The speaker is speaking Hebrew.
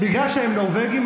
בגלל שהם נורבגים,